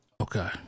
Okay